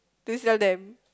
to sell them